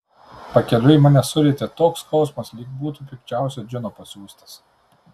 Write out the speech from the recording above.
pakeliui mane surietė toks skausmas lyg būtų pikčiausio džino pasiųstas